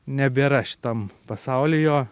nebėra šitam pasauly jo